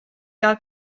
gael